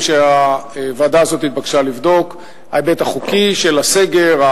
שהוועדה הזו התבקשה לבדוק: ההיבט החוקי של הסגר,